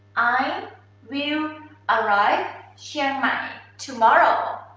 i will arrive chiangmai tomorrow.